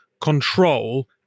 control